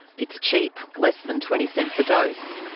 it's cheap, less than twenty cents a dose,